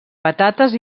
patates